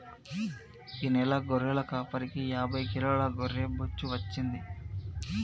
ఈ నెల గొర్రెల కాపరికి యాభై కిలోల గొర్రె బొచ్చు వచ్చింది